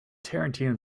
tarantino